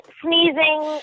sneezing